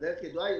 והדרך ידועה.